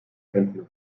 kenntnis